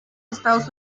estados